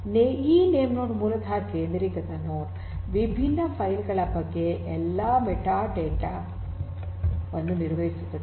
ಈ ನೇಮ್ನೋಡ್ ಮೂಲತಃ ಕೇಂದ್ರೀಕೃತ ನೋಡ್ ವಿಭಿನ್ನ ಫೈಲ್ ಗಳ ಬಗ್ಗೆ ಎಲ್ಲಾ ಮೆಟಾಡೇಟಾ ವನ್ನು ನಿರ್ವಹಿಸುತ್ತದೆ